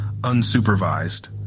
unsupervised